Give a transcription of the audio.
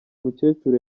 mukecuru